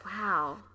Wow